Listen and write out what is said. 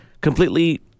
completely